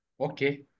Okay